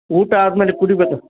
ಊಟ ಆದ್ಮೇಲೆ ಕುಡಿಬೇಕು